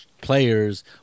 players